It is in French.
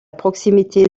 proximité